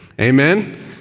Amen